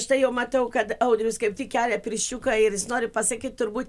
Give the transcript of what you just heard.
štai jau matau kad audrius kaip tik kelia pirščiuką ir jis nori pasakyt turbūt